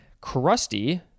Crusty